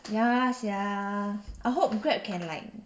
ya sia I hope grab can like